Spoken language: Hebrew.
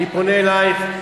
אני פונה אלייך,